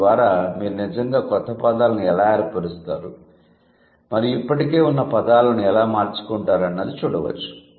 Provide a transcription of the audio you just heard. దీని ద్వారా మీరు నిజంగా క్రొత్త పదాలను ఎలా ఏర్పరుస్తారు మరియు ఇప్పటికే ఉన్న పదాలను ఎలా మార్చుకుంటారు అన్నది చూడవచ్చు